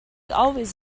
always